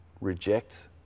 reject